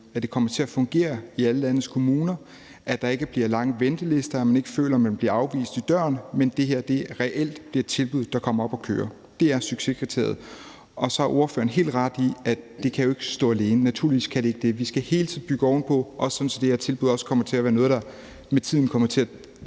at det kommer til at fungere i alle landets kommuner; at der ikke bliver lange ventelister; at man ikke føler, at man bliver afvist i døren; men at det her reelt bliver et tilbud, der kommer op at køre. Det er succeskriteriet. Og så har ordføreren helt ret i, at det jo ikke kan stå alene; naturligvis kan det ikke det. Vi skal hele tiden bygge ovenpå, også sådan at det her tilbud kommer til at være noget, der med tiden kommer til at